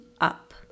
up